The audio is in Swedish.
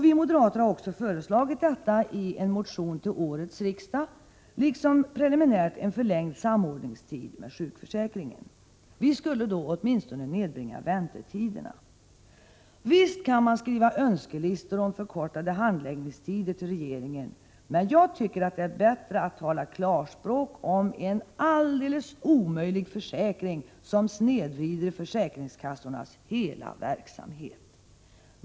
Vi moderater har också föreslagit detta i en motion till årets riksdag, liksom preliminärt en förlängd samordningstid med sjukförsäkringen. Vi skulle då åtminstone nedbringa väntetiderna. Visst kan man skriva önskelistor om förkortade handläggningstider till regeringen, men jag tycker att det är bättre att tala klarspråk om en alldeles omöjlig försäkring, som snedvrider försäkringskassornas hela verksamhet.